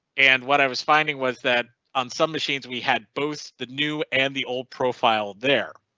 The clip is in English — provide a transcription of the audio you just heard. and what i was finding was that on some machines we had both the new and the old profile there.